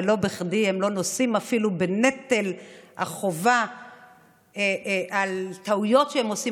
ולא בכדי הם לא נושאים אפילו בנטל החובה על טעויות שהם עושים